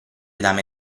dame